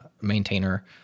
maintainer